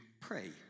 pray